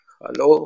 Hello